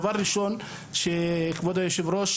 דבר ראשון שכבוד היושב ראש,